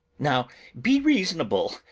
now be reasonable!